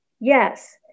yes